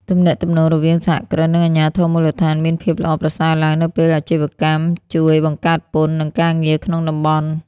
ទំនាក់ទំនងរវាងសហគ្រិន និងអាជ្ញាធរមូលដ្ឋានមានភាពល្អប្រសើរឡើង នៅពេលអាជីវកម្មជួយបង្កើតពន្ធ និងការងារក្នុងតំបន់។